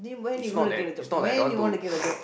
it's not that it's not like don't want to